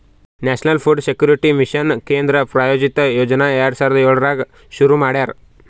national food security mission ಕೇಂದ್ರ ಪ್ರಾಯೋಜಿತ ಯೋಜನಾ ಎರಡು ಸಾವಿರದ ಏಳರಾಗ್ ಶುರು ಮಾಡ್ಯಾರ